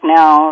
now